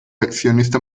accionista